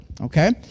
okay